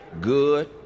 good